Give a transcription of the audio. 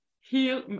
heal